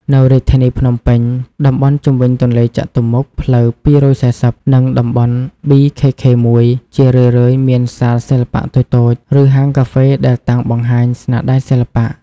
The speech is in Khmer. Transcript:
នៅរាជធានីភ្នំពេញ តំបន់ជុំវិញទន្លេចតុមុខ ផ្លូវ២៤០ និងតំបន់ ប៊ី ខេខេ១ ជារឿយៗមានសាលសិល្បៈតូចៗ ឬហាងកាហ្វេដែលតាំងបង្ហាញស្នាដៃសិល្បៈ។